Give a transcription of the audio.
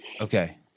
Okay